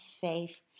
faith